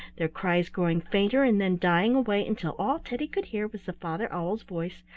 their cries growing fainter and then dying away until all teddy could hear was the father owl's voice,